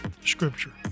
scripture